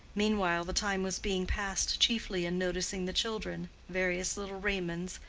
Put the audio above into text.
meanwhile, the time was being passed chiefly in noticing the children various little raymonds,